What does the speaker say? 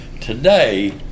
today